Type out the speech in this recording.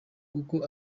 kuko